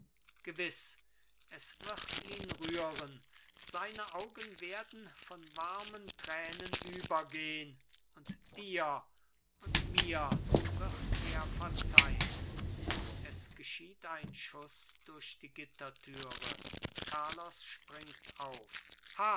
gewiß es wird ihn rühren seine augen werden von warmen tränen übergehn und dir und mir wird er verzeihen es geschieht ein schuß durch die gittertüre carlos springt auf